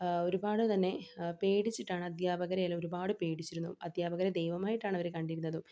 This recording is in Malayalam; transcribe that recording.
ഒരുപാട് തന്നെ പേടിച്ചിട്ടാണ് അദ്ധ്യാപകരെ എല്ലാം ഒരുപാട് പേടിച്ചിരുന്നു അദ്ധ്യാപകരെ ദൈവമായിട്ടാണ് അവർ കണ്ടിരുന്നതും